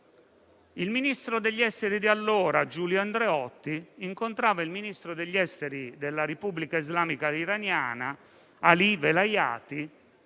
il ministro degli esteri di allora, Giulio Andreotti, incontrava il ministro degli esteri della Repubblica islamica iraniana Ali Velayati